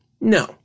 No